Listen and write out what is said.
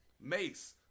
Mace